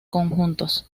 conjuntos